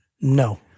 No